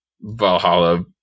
Valhalla